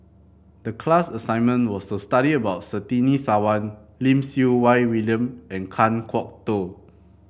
the class assignment was to study about Surtini Sarwan Lim Siew Wai William and Kan Kwok Toh